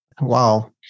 wow